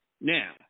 Now